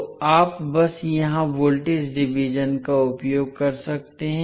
तो आप बस यहां वोल्टेज डिवीजन का उपयोग कर सकते हैं